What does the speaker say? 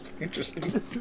Interesting